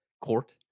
court